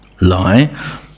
Lie